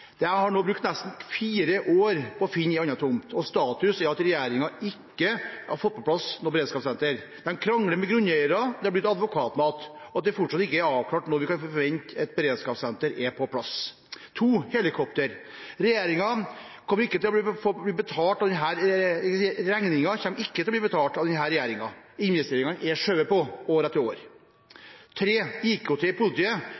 har nå brukt nesten fire år på å finne en annen tomt. Status er at regjeringen ikke har fått på plass noe beredskapssenter, men krangler med grunneiere. Det har blitt advokatmat, og det er fortsatt ikke avklart når vi kan forvente at et beredskapssenter er på plass. Helikopter. Regningen kommer ikke til å bli betalt av denne regjeringen. Investeringene er skjøvet på, år etter år. IKT i politiet. Kommisjonen sa mye om behovet for å